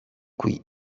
qui